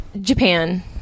japan